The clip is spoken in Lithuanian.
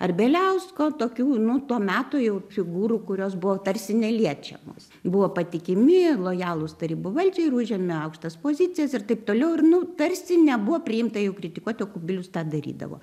ar bieliausko tokių nu to meto jau figūrų kurios buvo tarsi neliečiamos buvo patikimi lojalūs tarybų valdžiai ir užėmė aukštas pozicijas ir taip toliau ir nu tarsi nebuvo priimta jų kritikuot o kubilius tą darydavo